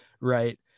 right